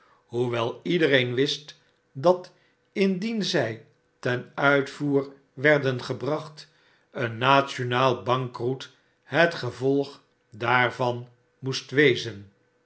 hoewel iedereer wist dat indien zij ten uitvoer werden gebracht een nationaak bankroet het gevolg daarvan moest wezen